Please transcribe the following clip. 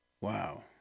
Wow